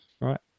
right